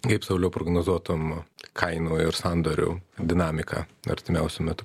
kaip sauliau prognozuotum kainų ir sandorių dinamiką artimiausiu metu